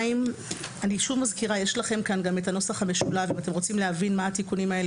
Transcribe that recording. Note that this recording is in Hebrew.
אני שוב מזכירה: אם אתם רוצים להבין מה התיקונים האלה